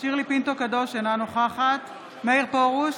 שירלי פינטו קדוש, אינה נוכחת מאיר פרוש,